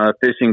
fishing